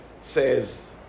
says